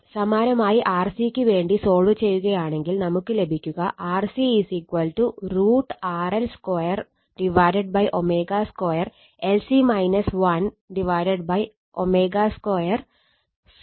സമാനമായി RC ക്ക് വേണ്ടി സോൾവ് ചെയ്യുകയാണെങ്കിൽ നമുക്ക് ലഭിക്കുക RC √RL2ω2 LC 1 ω2 C 2 L C